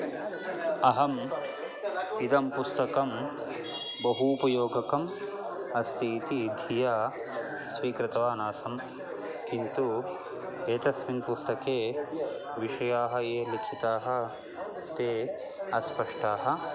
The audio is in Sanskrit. अहम् इदं पुस्तकं बहूपयोगकम् अस्ति इति धिया स्वीकृतवान् आसं किन्तु एतस्मिन् पुस्तके विषयाः ये लिखिताः ते अस्पष्टाः